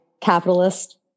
capitalist